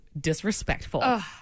disrespectful